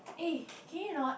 eh can you not